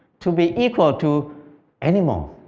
to be equal to animals.